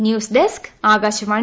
news desk Akashvani